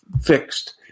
fixed